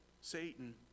Satan